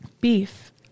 beef